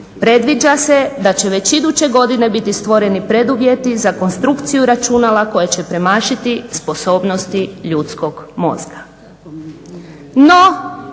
Predviđa se da će već iduće godine biti stvoreni preduvjeti za konstrukciju računa koje će premašiti sposobnosti ljudskom mozga.